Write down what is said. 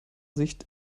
sicht